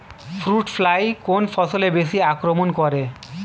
Fruit fly কোন ফসলে বেশি আক্রমন করে?